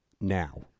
now